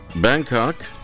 Bangkok